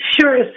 sure